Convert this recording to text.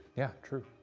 yeah, true.